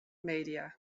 media